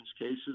cases